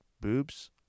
boobs